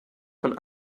von